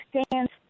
stands